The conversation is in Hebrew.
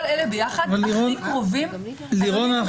כל אלה ביחד הכי קרובים --- לירון,